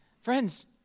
Friends